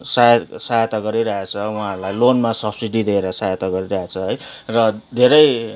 साह सहायता गरिरहेछ उहाँहरूलाई लोनमा सबसिडी दिएर सहायता गरिरहेछ है र धेरै